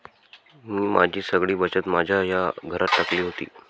मी माझी सगळी बचत माझ्या या घरात टाकली होती